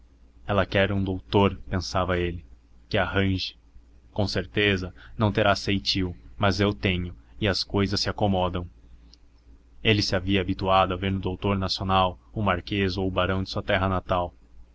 ela quer um doutor pensava ele que arranje com certeza não terá ceitil mas eu tenho e as cousas se acomodam ele se havia habituado a ver no doutor nacional o marquês ou o barão de sua terra natal